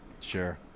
Sure